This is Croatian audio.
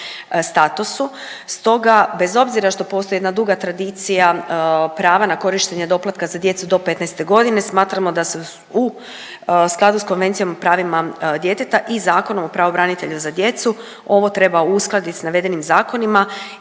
statusu. Stoga bez obzira što postoji jedna duga tradicija prava na korištenje doplatka za djecu do 15 godine smatramo da se u skladu s Konvencijom o pravima djeteta i Zakonom o pravobranitelju za djecu ovo treba uskladiti s navedenim zakonima